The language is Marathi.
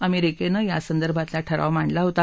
अमेरिकेनं यासंदर्भातला ठराव मांडला होता